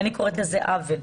אני הרי קוראת לזה עוול.